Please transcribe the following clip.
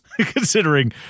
considering